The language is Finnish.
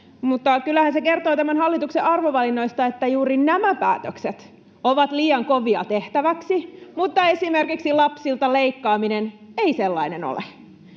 Mutta kyllähän se kertoo tämän hallituksen arvovalinnoista, että juuri nämä päätökset ovat liian kovia tehtäviksi [Perussuomalaisten ryhmästä: Liian kalliita!] mutta esimerkiksi lapsilta leikkaaminen ei sellainen ole.